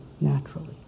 naturally